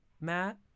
Matt